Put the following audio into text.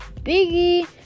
Biggie